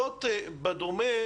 זאת בדומה,